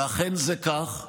ואכן זה כך.